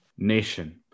nation